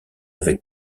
avec